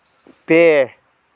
ᱯᱮ